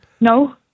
No